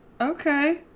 okay